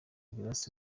grace